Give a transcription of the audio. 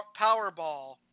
Powerball